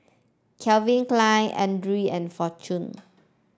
Calvin Klein Andre and Fortune